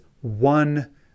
one